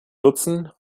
nutzen